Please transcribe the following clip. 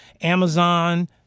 Amazon